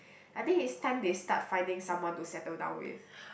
I think it's time they start finding someone to settle down with